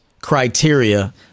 criteria